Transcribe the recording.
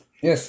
Yes